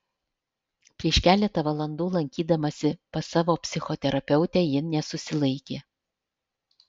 prieš keletą valandų lankydamasi pas savo psichoterapeutę ji nesusilaikė